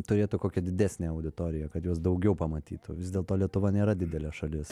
turėtų kokią didesnę auditoriją kad juos daugiau pamatytų vis dėlto lietuva nėra didelė šalis